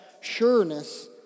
sureness